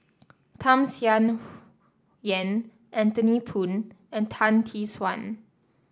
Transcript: Tham Sien Yen Anthony Poon and Tan Tee Suan